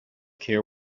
care